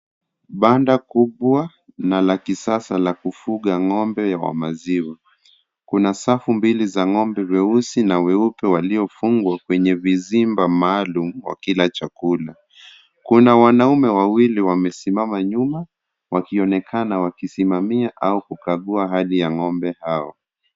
Kibanda kubwa na la kisasa la kufuga ngombe wa maziwa. Kuna safu mbili za ngombe weusi na weupe waliofungwa kwenye vizimba maalum wakila chakula . Kuna wanaume wawili wamesimama nyuma Wakionekana wakisimamia au kukagua hali ya ngombe hao.